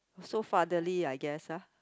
so fatherly I guess ah